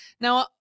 Now